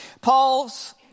Paul's